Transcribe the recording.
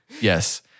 Yes